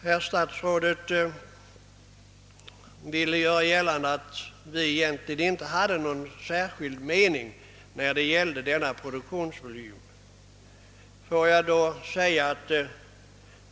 Herr statsrådet ville göra gällande att vi egentligen inte hade någon bestämd mening när det gällde produktionsvolymen.